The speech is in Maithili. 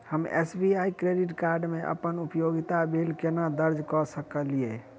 हम एस.बी.आई क्रेडिट कार्ड मे अप्पन उपयोगिता बिल केना दर्ज करऽ सकलिये?